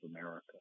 America